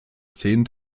zehn